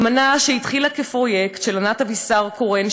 אמנה שהתחילה כפרויקט של ענת אבישר קורן,